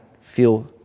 feel